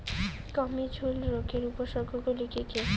গমের ঝুল রোগের উপসর্গগুলি কী কী?